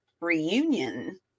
reunion